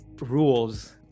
rules